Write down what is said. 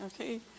okay